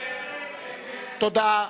תודה.